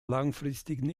langfristigen